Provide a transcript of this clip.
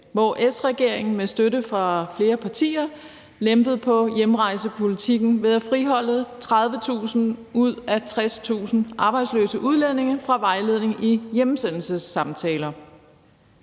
hvor S-regeringen med støtte fra flere partier lempede på hjemrejsepolitikken ved at friholde 30.000 ud af 60.000 arbejdsløse udlændinge fra vejledning i hjemsendelsessamtaler.